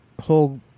whole